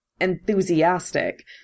enthusiastic